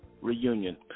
reunion